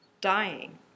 dying